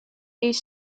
est